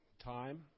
time